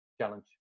challenge